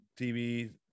tv